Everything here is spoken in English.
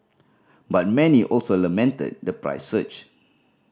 but many also lamented the price surge